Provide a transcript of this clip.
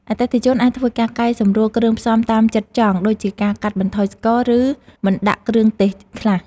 អតិថិជនអាចធ្វើការកែសម្រួលគ្រឿងផ្សំតាមចិត្តចង់ដូចជាការកាត់បន្ថយស្ករ ឬមិនដាក់គ្រឿងទេសខ្លះ។